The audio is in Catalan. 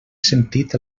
sentit